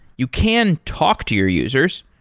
you can talk to your users.